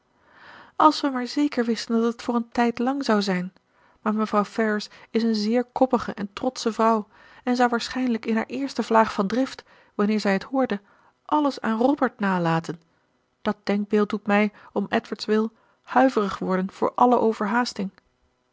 als we maar zeker wisten dat het voor een tijdlang zou zijn maar mevrouw ferrars is een zeer koppige en trotsche vrouw en zou waarschijnlijk in haar eerste vlaag van drift wanneer zij het hoorde alles aan robert nalaten dat denkbeeld doet mij om edward's wil huiverig worden voor alle overhaasting